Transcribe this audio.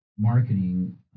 marketing